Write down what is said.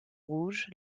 rouge